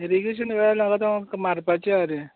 irrigation well म्हाका आता मारपाची आसा रे